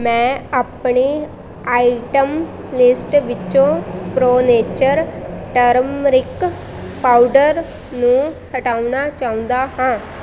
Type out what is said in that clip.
ਮੈਂ ਆਪਣੀ item list ਵਿੱਚੋਂ ਪ੍ਰੋ ਨੇਚਰ ਟਰਮਰਿਕ ਪਾਊਡਰ ਨੂੰ ਹਟਾਉਣਾ ਚਾਹੁੰਦਾ ਹਾਂ